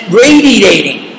radiating